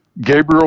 Gabriel